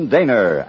Daner